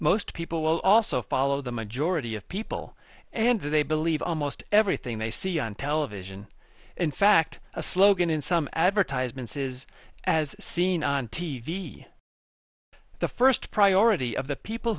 most people also follow the majority of people and they believe almost everything they see on television in fact a slogan in some advertisements is as seen on t v the first priority of the people